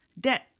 debt